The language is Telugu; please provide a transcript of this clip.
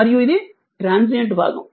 మరియు ఇది ట్రాన్సియంట్ భాగం